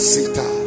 Sita